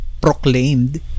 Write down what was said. proclaimed